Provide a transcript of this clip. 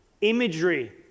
imagery